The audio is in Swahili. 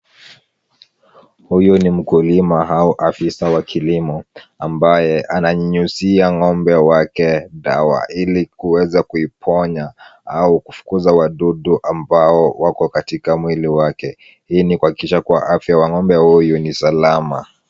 Huyu ni mkulima au afisa wa kilimo ambaye ananyunyuzia ng'ombe wake dawa ili kuweza kuiponya au kufukuza wadudu ambao wako katika mwili wake, hii ni kuhakikisha kuwa afya wa ng'ombe huyu ni salama.